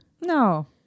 No